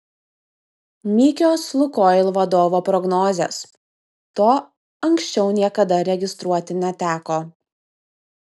nykios lukoil vadovo prognozės to anksčiau niekada registruoti neteko